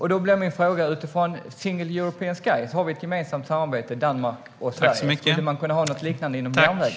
Jag har en fråga utifrån Single European Sky, där vi har ett gemensamt samarbete mellan Sverige och Danmark. Skulle man kunna ha något liknande inom järnvägen?